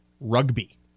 rugby